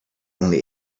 only